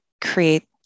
create